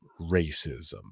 racism